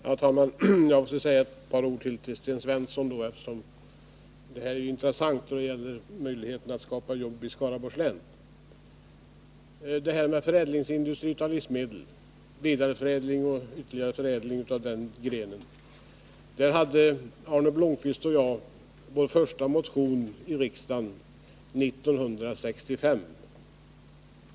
Herr talman! Jag vill säga ett par ord till Sten Svensson, eftersom det han sade är intressant när det gäller möjligheterna att skapa jobb i Skaraborgs län. När det gäller industrin för förädling och vidareförädling av livsmedel hade Arne Blomkvist och jag vår första motion i riksdagen 1965.